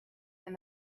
and